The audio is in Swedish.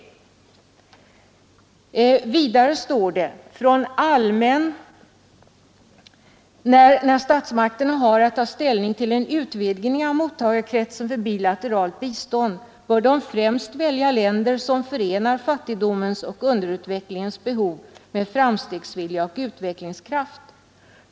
Vidare heter det: ”När statsmakterna har att ta ställning till en utvidgning av mottagarkretsen för bilateralt bistånd, bör de främst välja länder som förenar fattigdomen och underutvecklingens behov med framstegsvilja och utvecklingskraft.